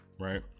right